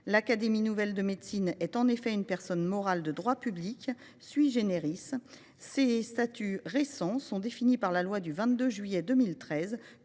L’Académie nationale de médecine est en effet une personne morale de droit public. Ses statuts récents sont définis par la loi du 22 juillet 2013